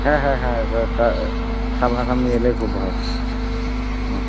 হ্যাঁ হ্যাঁ হ্যাঁ সামনাসামনি এলেই খুব ভাল হুম